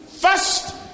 First